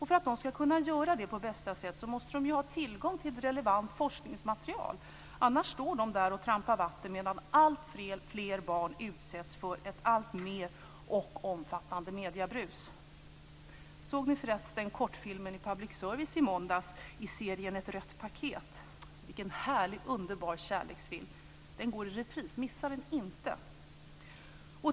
För att de ska kunna göra det på bästa sätt måste de ha tillgång till ett relevant forskningsmaterial. Annars står de där och trampar vatten medan alltfler barn utsätts för ett alltmer omfattande mediebrus. Såg ni förresten kortfilmen i public service i måndags, i serien Ett rött paket? Vilken härlig, underbar kärleksfilm. Den går i repris. Missa den inte!